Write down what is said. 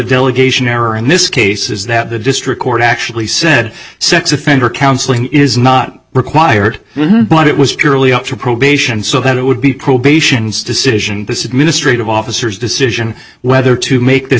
delegation error in this case is that the district court actually said sex offender counseling is not required but it was generally up to probation so that it would be probations decision this administrative officers decision whether to make this